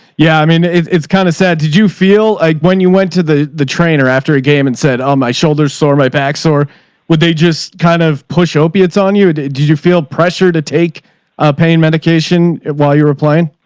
yeah. i mean, its its kind of sad. did you feel like when you went to the, the train or after a game and said, oh my shoulder's sore my back or would they just kind of push opiates on you? did you feel pressure to take a pain medication while you were applying?